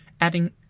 Adding